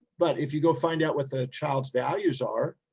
but if you go find out what the child's values are,